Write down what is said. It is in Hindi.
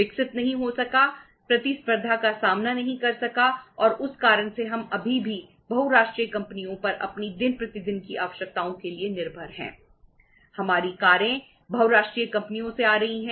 विकसित नहीं हो सका प्रतिस्पर्धा का सामना नहीं कर सका और उस कारण से हम अभी भी बहुराष्ट्रीय कंपनियों पर अपनी दिन प्रतिदिन की आवश्यकताओं के लिए निर्भर हैं